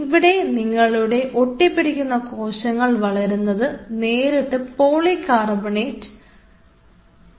ഇവിടെ നിങ്ങളുടെ ഒട്ടിപ്പിടിക്കുന്ന കോശങ്ങൾ വളരുന്നത് നേരിട്ട് പോളികാർബണേറ്റ് ആണ്